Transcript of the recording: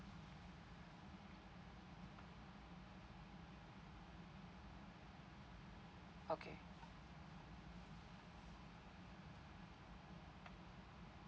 okay